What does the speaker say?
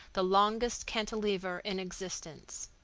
the longest cantilever in existence.